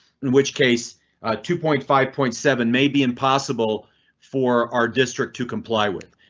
in which case two point five point seven may be impossible for our district to comply with.